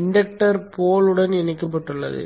inductor போலுடன் இணைக்கப்பட்டுள்ளது